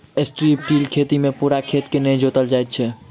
strip till खेती मे पूरा खेत के नै जोतल जाइत छै